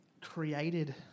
created